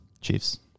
Chiefs